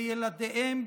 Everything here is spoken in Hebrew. בילדיהם,